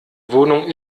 wohnung